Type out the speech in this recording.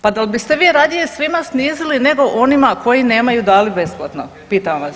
Pa da li biste vi radije svima snizili nego onima koji nemaju dali besplatno pitam vas?